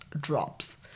drops